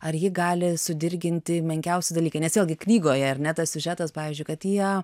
ar jį gali sudirginti menkiausi dalykai nes vėlgi knygoje ar ne tas siužetas pavyzdžiui kad jie